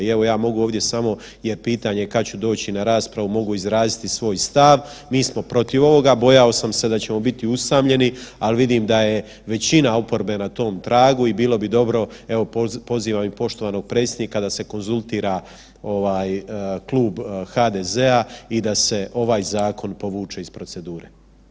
I evo ja mogu ovdje samo jer pitanje kad ću doći na raspravu, mogu izraziti svoj stav, mi smo protiv ovoga, bojao sam se da ćemo biti usamljeni, ali vidim da je većina oporbe na tom tragu i bilo bi dobro, evo pozivam i poštovanog predsjednika da se konzultira ovaj Klub HDZ-a i da se ovaj zakon povuče ih procedure.